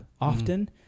often